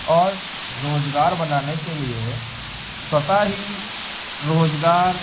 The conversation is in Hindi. और रोज़गार बनाने के लिए स्वतः ही रोज़गार